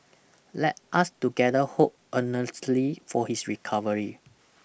let us together hope earnestly for his recovery